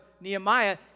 Nehemiah